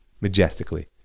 majestically